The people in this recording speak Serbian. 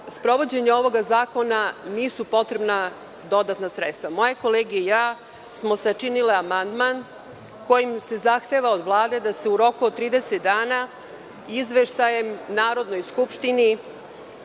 sprovođenje ovog zakona nisu potrebna dodatna sredstva. Moje kolege i ja smo sačinili amandman kojim se zahteva od Vlade da se u roku od 30 dana izveštajem Narodnoj skupštini